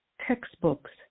textbooks